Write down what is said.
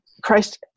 Christ